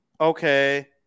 okay